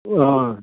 अह